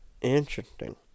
Interesting